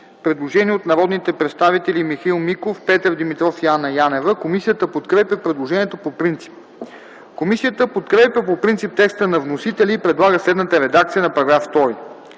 Предложение от народните представители Михаил Миков, Петър Димитров и Анна Янева. Комисията подкрепя предложението по принцип. Комисията подкрепя по принцип текста на вносителя и предлага следната редакция за § 2: „§ 2.